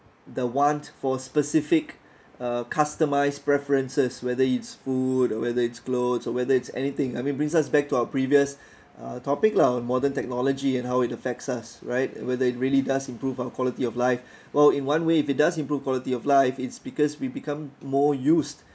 the want for specific customised preferences whether it's food or whether it's clothes or whether it's anything I mean brings us back to our previous uh topic lah on modern technology and how it affects us right whether it really does improve our quality of life well in one way if it does improve quality of life it's because we become more used